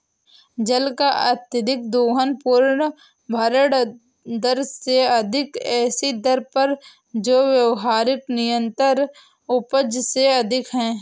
जल का अत्यधिक दोहन पुनर्भरण दर से अधिक ऐसी दर पर जो व्यावहारिक निरंतर उपज से अधिक है